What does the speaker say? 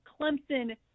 Clemson